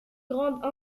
grande